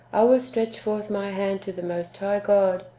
i will stretch forth my hand to the most high god,